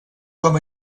com